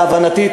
להבנתי,